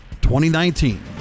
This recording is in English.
2019